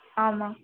ஆமாம்